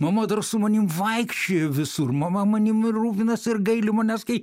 mama dar su manim vaikščiojo visur mama manim rūpinasi ir gaili manęs kai